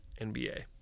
NBA